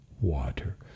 water